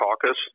Caucus